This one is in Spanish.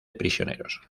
prisioneros